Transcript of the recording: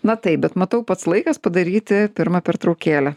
na taip bet matau pats laikas padaryti pirmą pertraukėlę